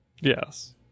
Yes